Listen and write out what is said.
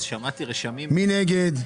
מי נגד?